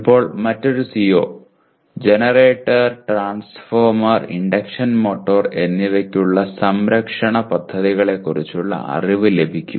ഇപ്പോൾ മറ്റൊരു CO generator transformer induction motor എന്നിവയ്ക്കുള്ള സംരക്ഷണ പദ്ധതികളെക്കുറിച്ചുള്ള അറിവ് ലഭിക്കും